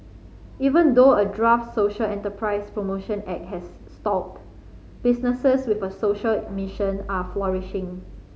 even though a draft social enterprise promotion act has stalled businesses with a social mission are flourishing